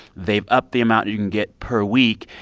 they've up the amount you can get per week.